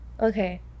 Okay